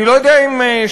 אני לא יודע אם שמעתם,